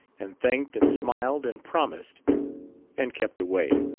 and thanked and smiled and promised and kept away.